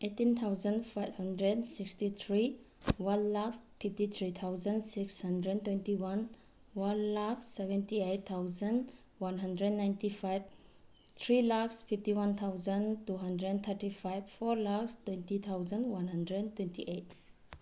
eighteen thousand five hundred sixty three one lakh fifty three thousand six hundred twenty one one lakh seventy eight thousand one hundred ninety five three lakhs fifty one thousand two hundred thirty five four lakhs twenty thousand one hundred twenty eight